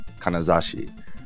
Kanazashi